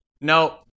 No